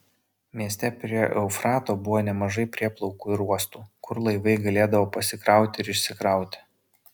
mieste prie eufrato buvo nemažai prieplaukų ir uostų kur laivai galėdavo pasikrauti ir išsikrauti